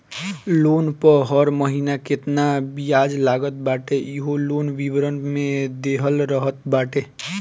loan पअ हर महिना केतना बियाज लागत बाटे इहो लोन विवरण में देहल रहत बाटे